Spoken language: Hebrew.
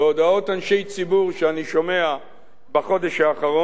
בהודעות אנשי ציבור שאני שומע בחודש האחרון,